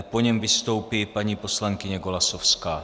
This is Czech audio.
Po něm vystoupí paní poslankyně Golasowská.